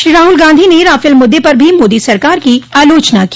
श्री राहुल गांधी ने राफेल मुद्दे पर भी मोदी सरकार की आलोचना की